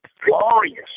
Glorious